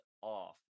off